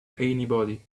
anybody